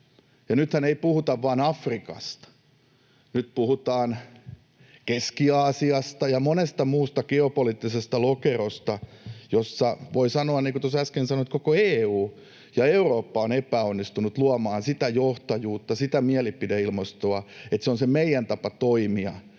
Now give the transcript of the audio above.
nythän ei puhuta vain Afrikasta. Nyt puhutaan Keski-Aasiasta ja monesta muusta geopoliittisesta lokerosta, jossa, voi sanoa, — niin kuin tuossa äsken sanoin — koko EU ja Eurooppa on epäonnistunut luomaan sitä johtajuutta, sitä mielipideilmastoa, että se on se meidän tapa toimia,